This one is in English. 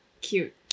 cute